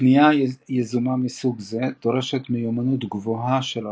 פעולה יזומה מסוג זה דורשת מיומנות גבוהה של הרוכב.